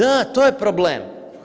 Da, to je problem.